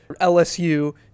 lsu